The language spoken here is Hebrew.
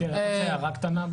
הערה קטנה,